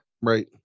Right